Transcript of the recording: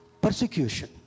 persecution